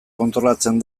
kontrolatzen